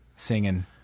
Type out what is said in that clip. singing